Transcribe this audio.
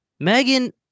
Megan